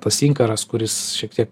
tas inkaras kuris šiek tiek